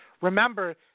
Remember